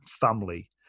family